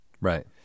Right